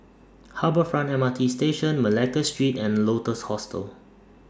Harbour Front M R T Station Malacca Street and Lotus Hostel